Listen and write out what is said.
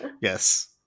Yes